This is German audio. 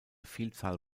vielzahl